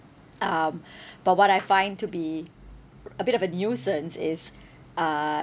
um but what I find to be a bit of a nuisance is uh